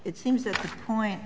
it seems that the point